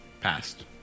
Passed